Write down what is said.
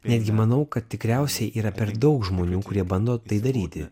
netgi manau kad tikriausiai yra per daug žmonių kurie bando tai daryti